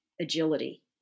agility